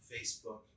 facebook